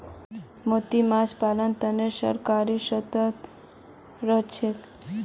मोती माछ पालनेर तने सरकारो सतर्क रहछेक